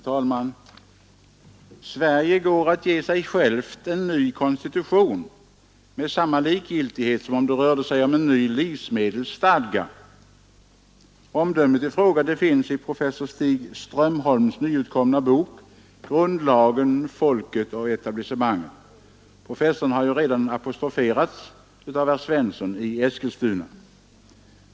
Fru talman! ”——— Sverige går att ge sig själv en ny konstitution med samma likgiltighet som om det rörde en ny livsmedelsstadga.” Omdömet i fråga finns i professor Stig Strömholms nyutkomna bok Grundlagen, folket och etablissemangen. Professorn har redan apostroferats här av herr Svensson i Eskilstuna.